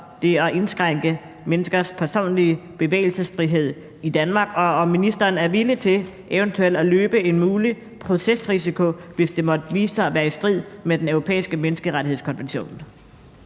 det at indskrænke menneskers personlige bevægelsesfrihed i Danmark, og om ministeren er villig til eventuelt at løbe en mulig procesrisiko, hvis det måtte vise sig at være i strid med Den Europæiske Menneskerettighedskonvention.